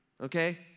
okay